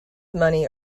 money